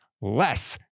less